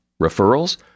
Referrals